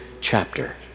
chapter